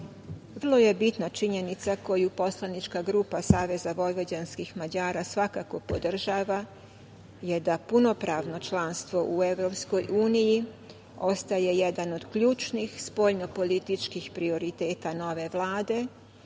je bitna činjenica koju poslanička grupa SVM svakako podržava, je da punopravno članstvo u EU ostaje jedan od ključnih spoljnopolitičkih prioriteta nove Vlade